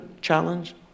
challenge